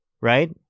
Right